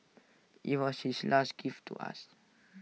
IT was his last gift to us